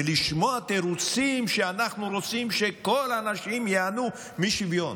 ולשמוע תירוצים ש"אנחנו רוצים שכל הנשים ייהנו משוויון"?